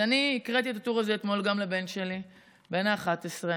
אני הקראתי את הטור הזה אתמול גם לבן שלי בן ה-11,